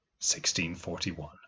1641